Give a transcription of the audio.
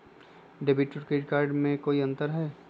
Debit और credit card में कई अंतर हई?